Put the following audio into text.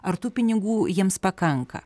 ar tų pinigų jiems pakanka